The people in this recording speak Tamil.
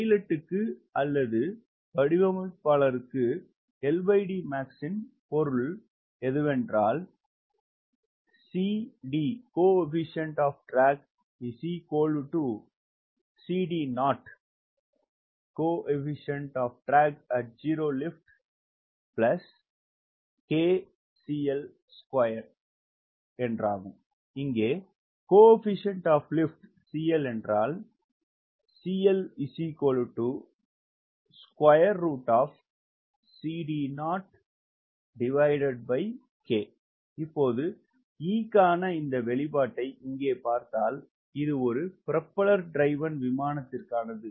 பைலட்டுக்கு அல்லது வடிவமைப்பாளருக்கு LDmax இன் பொருள் CD CDO KCL2 இங்கே CL என்றால் இப்போது E க்கான இந்த வெளிப்பாட்டை இங்கே பார்த்தால் இது ஒரு புரோப்பல்லர் டிரைவன் விமானத்திற்கானது